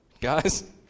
Guys